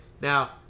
Now